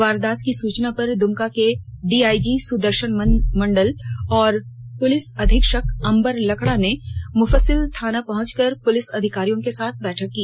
वारदात की सूचना पर दुमका के डीआईजी सुदर्शन मंडल और पुलिस अधीक्षक अंबर लकड़ा ने मोफसिल थाना पहचकर पुलिस अधिकारियों के साथ बैठक की